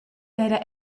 d’eira